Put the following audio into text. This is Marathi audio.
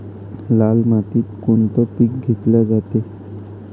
लाल मातीत कोनचं पीक घेतलं जाते?